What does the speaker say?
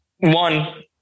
one